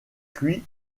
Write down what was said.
cuit